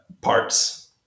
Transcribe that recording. parts